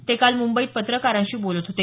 ते काल मुंबईत पत्रकारांशी बोलत होते